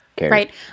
right